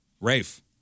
Rafe